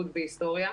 בהיסטוריה.